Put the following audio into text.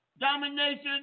domination